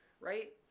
Right